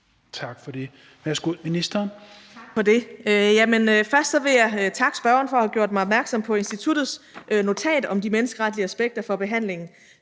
Tak for det. Jamen først vil jeg takke spørgeren for at have gjort mig opmærksom på instituttets notat om de menneskeretlige aspekter for behandlingen